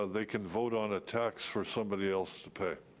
ah they can vote on a tax for somebody else to pay?